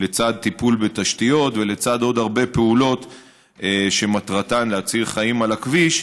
לצד טיפול בתשתיות ולצד עוד הרבה פעולות שמטרתן להציל חיים על הכביש,